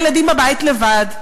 הילדים בבית לבד.